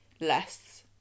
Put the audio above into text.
less